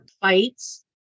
Fights